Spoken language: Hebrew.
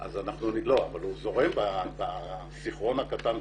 אבל הוא זורם בשבע תחנות.